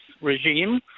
regime